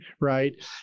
Right